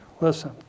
listen